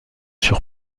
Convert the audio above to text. sur